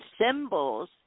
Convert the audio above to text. symbols